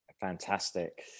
Fantastic